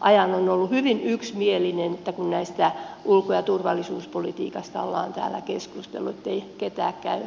ajan on ollut hyvin yksimielinen kun ulko ja turvallisuuspolitiikasta on täällä keskusteltu niin että ei ketään käy näyttää sormella